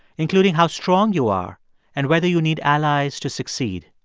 including how strong you are and whether you need allies to succeed.